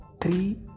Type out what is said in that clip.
three